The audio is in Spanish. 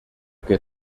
que